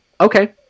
Okay